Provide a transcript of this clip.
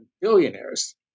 billionaires